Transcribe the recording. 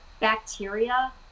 bacteria